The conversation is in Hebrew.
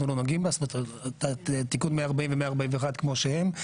זאת אומרת תיקון 140 ו-141 כמו שהם,